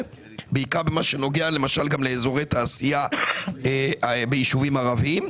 בעיקר במה שנוגע למשל גם לאזורי תעשייה ביישובים ערביים,